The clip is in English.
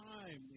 time